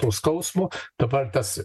to skausmo dabar tas